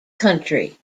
country